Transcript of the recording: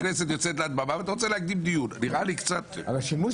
הכנסת יוצאת להדממה ואתה רוצה להקדים דיון נראה לי קצת --- על השימוש